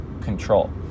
control